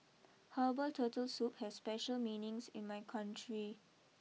Herbal Turtle Soup has special meanings in my country